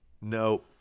No